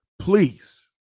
please